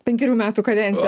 penkerių metų kadenciją